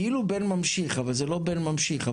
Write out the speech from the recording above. כאילו בן ממשיך אבל זה לא בן ממשיך.